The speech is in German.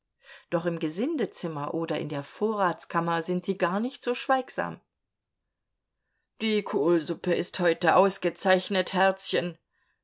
doch im gesindezimmer oder in der vorratskammer sind sie gar nicht so schweigsam die kohlsuppe ist heute ausgezeichnet herzchen